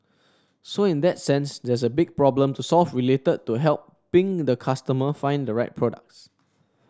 so in that sense there's a big problem to solve related to helping the customer find the right products